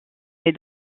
mais